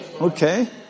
Okay